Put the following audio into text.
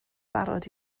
barod